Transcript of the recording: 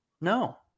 No